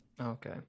Okay